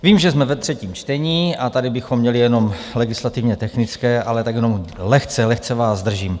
Vím, že jsme ve třetím čtení a tady bychom měli jenom legislativně technické, ale tak jenom lehce vás zdržím.